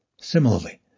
Similarly